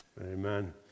Amen